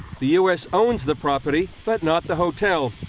the u s. owns the property, but not the hotel.